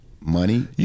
money